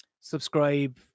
subscribe